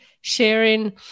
sharing